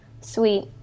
sweet